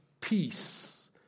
peace